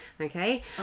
Okay